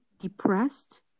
depressed